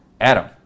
Adam